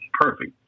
perfect